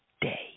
day